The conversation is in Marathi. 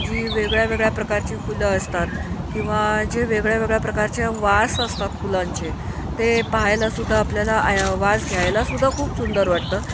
जी वेगळ्या वेगळ्या प्रकारची फुलं असतात किंवा जे वेगळ्यावेगळ्या प्रकारचे वास असतात फुलांचे ते पाहायलासुद्धा आपल्याला आय् वास घ्यायलासुद्धा खूप सुंदर वाटतं